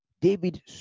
David